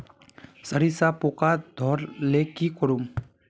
सरिसा पूका धोर ले की करूम?